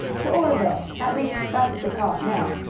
to oreville. at least, that's what they call it now.